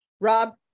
rob